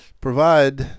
provide